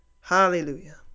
Hallelujah